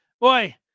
Boy